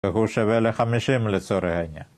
‫והוא שווה ל-50 לצורך העניין.